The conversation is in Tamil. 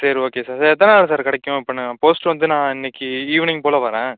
சரி ஓகே சார் எத்தனை நாளில் சார் கிடைக்கும் இப்போ நான் போஸ்ட்டர் வந்து நான் இன்றைக்கு ஈவினிங் போல் வரேன்